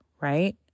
right